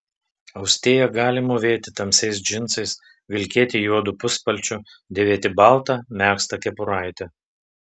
austėja gali mūvėti tamsiais džinsais vilkėti juodu puspalčiu dėvėti baltą megztą kepuraitę